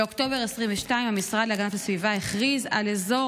באוקטובר 2022 המשרד להגנת הסביבה הכריז על אזור